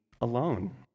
alone